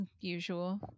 usual